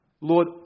Lord